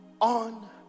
on